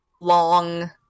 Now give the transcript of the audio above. long